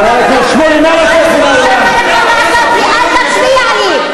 את לא יכולה לנפנף ביד אחת בחופש הביטוי,